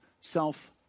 self